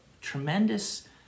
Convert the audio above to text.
tremendous